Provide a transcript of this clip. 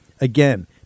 Again